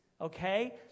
okay